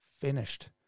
finished